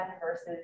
versus